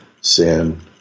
sin